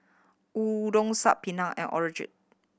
Udon Saag Paneer and Onigiri